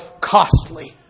costly